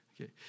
okay